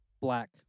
black